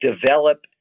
develop